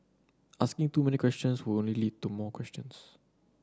asking too many questions would only lead to more questions